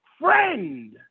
friend